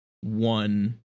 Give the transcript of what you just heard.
one